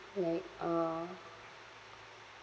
like uh